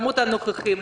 כמות הנוכחים.